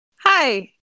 Hi